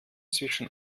zwischen